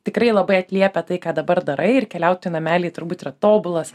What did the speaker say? tikrai labai atliepia tai ką dabar darai ir keliautojų nameliai turbūt yra tobulas